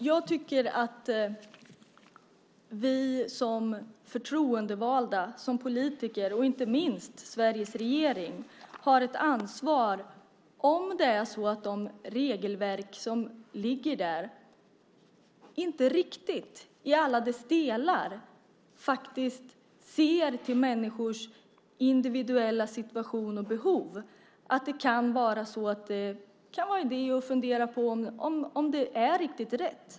Jag tycker att vi som förtroendevalda, som politiker, och inte minst Sveriges regering, har ett ansvar, om de regelverk som finns inte riktigt i alla dess delar ser till människors individuella situation och behov, att fundera på om det är riktigt rätt.